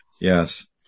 yes